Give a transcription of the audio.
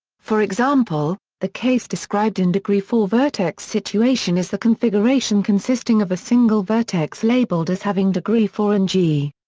for example, the case described in degree four vertex situation is the configuration consisting of a single vertex labelled as having degree four in g.